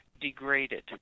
degraded